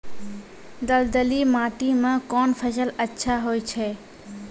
दलदली माटी म कोन फसल अच्छा होय छै?